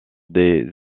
des